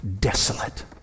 desolate